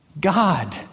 God